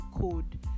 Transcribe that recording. code